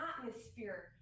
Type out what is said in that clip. atmosphere